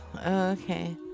okay